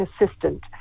assistant